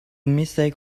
mistake